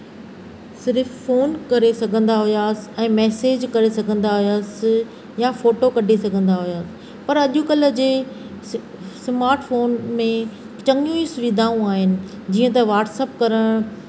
सिर्फ़ु फोन करे सघंदा हुयासीं ऐं मैसेज करे सघंदा हुयासीं या फोटो कढी सघंदा हुयासीं पर अॼु कल्ह जे स्मार्ट फोन में चङियूं सुविधाऊं आहिनि जीअं त व्हाट्सअप करणु